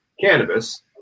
cannabis